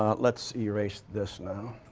ah let's erase this now.